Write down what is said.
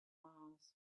mars